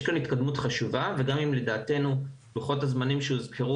יש כאן התקדמות חשובה וגם אם לדעתנו לוחות הזמנים שהוזכרו